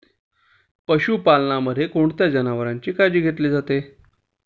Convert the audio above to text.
पशुपालनामध्ये कोणत्या जनावरांची काळजी घेतली जाते?